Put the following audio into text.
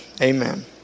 Amen